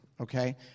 Okay